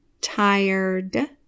Tired